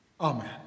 Amen